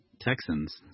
Texans